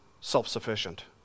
self-sufficient